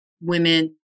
women